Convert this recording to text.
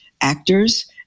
actors